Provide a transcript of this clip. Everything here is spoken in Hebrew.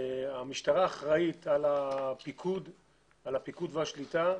המשטרה אחראית על הפיקוד והשליטה,